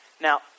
Now